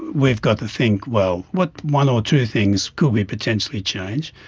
we've got to think, well, what one or two things could we potentially change?